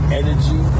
energy